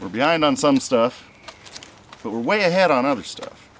we're behind on some stuff but we're way ahead on other stuff